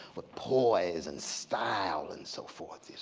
with poise and style and so forth